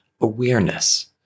awareness